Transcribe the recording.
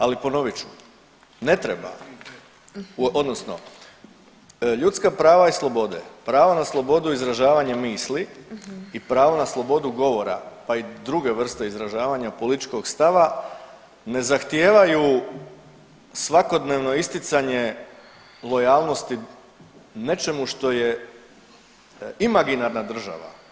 Ali ponovit ću, ne treba odnosno ljudska prava i slobode, pravo na slobodu i izražavanje misli i pravo na slobodu govora, pa i druge vrste izražavanja političkog stava ne zahtijevaju svakodnevno isticanje lojalnosti nečemu što je imaginarna država.